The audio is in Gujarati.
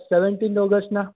સેવનટીન ઓગસ્ટનાં